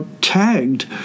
tagged